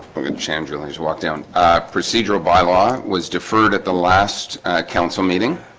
organ sham drillings walk down procedural bylaw was deferred at the last council meeting.